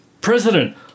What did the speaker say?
president